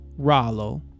Rallo